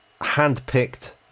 handpicked